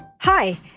Hi